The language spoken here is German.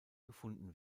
gefunden